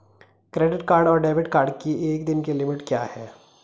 Credit card और debit card की एक दिन की लिमिट क्या है?